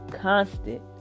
constant